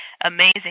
amazing